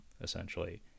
essentially